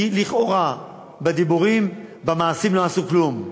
לכאורה, בדיבורים, במעשים לא עשו כלום.